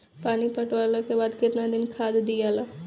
पानी पटवला के बाद केतना दिन खाद दियाला?